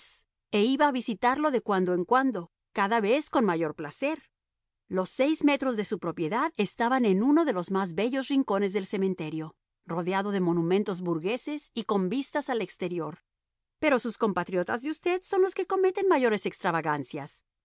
e iba a visitarlo de cuando en cuando cada vez con mayor placer los seis metros de su propiedad estaban en uno de los más bellos rincones del cementerio rodeado de monumentos burgueses y con vistas al exterior pero sus compatriotas de usted son los que cometen mayores extravagancias